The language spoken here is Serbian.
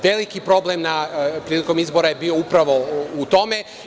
Veliki problem prilikom izbora je bio upravo u tome.